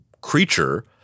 creature